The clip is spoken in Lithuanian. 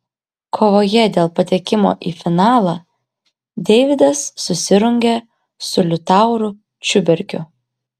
kovoje dėl patekimo į finalą deividas susirungė su liutauru čiuberkiu